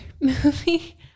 movie